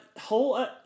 whole